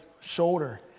shoulder